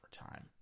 overtime